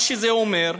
מה שזה אומר,